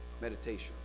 Meditation